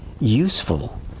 useful